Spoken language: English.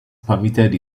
permitted